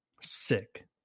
sick